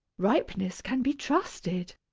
ripeness can be trusted.